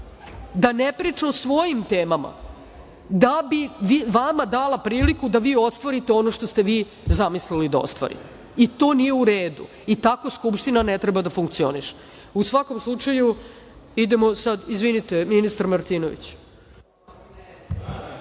da ne priča o svojim temama, da bi vama dala priliku da vi ostvarite ono što ste vi zamislili da ostvarite. I to nije u redu i tako Skupština ne treba da funkcioniše. U svakom slučaju, idemo dalje. Izvolite, ministre Martinoviću.